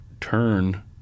turn